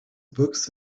books